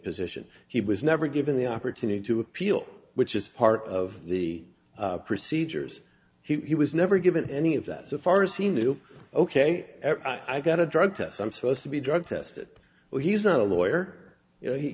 position he was never given the opportunity to appeal which is part of the procedures he was never given any of that so far as he knew ok i got a drug test i'm supposed to be drug tested but he's not a lawyer you know